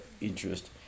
interest